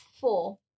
four